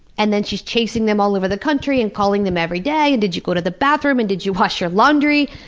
and then she's chasing them all over the country and calling them every day and did you go to the bathroom? and did you wash your laundry?